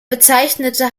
bezeichnete